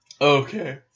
Okay